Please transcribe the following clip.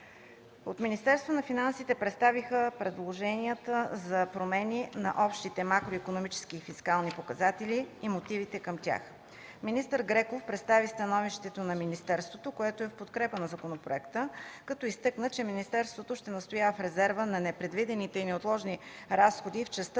От Министерството на финансите представиха предложенията за промени на общите макроикономически и фискални показатели и мотивите към тях. Министър Греков представи становището на министерството, което е в подкрепа на законопроекта, като изтъкна, че министерството ще настоява в резерва за непредвидени и неотложни разходи и в частта